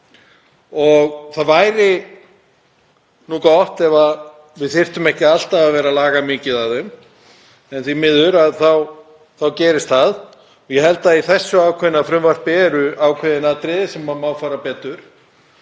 Það væri nú gott ef við þyrftum ekki alltaf að vera að laga mikið af þeim. En því miður gerist það og ég held að í þessu ákveðna frumvarpi séu ákveðin atriði sem mega fara betur.